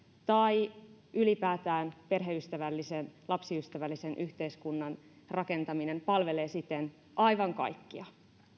tai ylipäätään perheystävällisen lapsiystävällisen yhteiskunnan rakentaminen palvelee siten aivan kaikkia